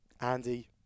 andy